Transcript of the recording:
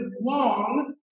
long